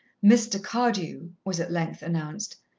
mr. cardew was at length announced,